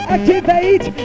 Activate